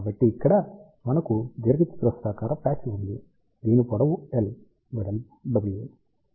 కాబట్టి ఇక్కడ మనకు దీర్ఘచతురస్రాకార పాచ్ ఉంది దీని పొడవు L వెడల్పు W